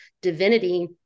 divinity